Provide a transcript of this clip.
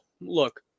Look